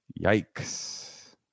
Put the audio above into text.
Yikes